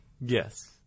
Yes